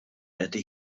ydy